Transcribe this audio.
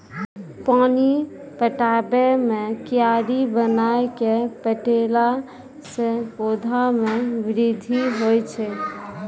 पानी पटाबै मे कियारी बनाय कै पठैला से पौधा मे बृद्धि होय छै?